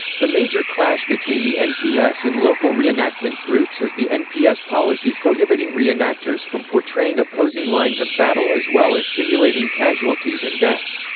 the major clash between the nps and local reenactment groups is the nps policy prohibiting re-enactors from portraying opposing lines of battle as well as simulating casualties and deaths.